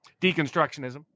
Deconstructionism